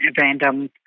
random